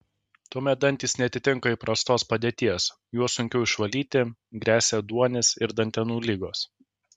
tuomet dantys neatitinka įprastos padėties juos sunkiau išvalyti gresia ėduonis ir dantenų ligos